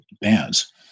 bands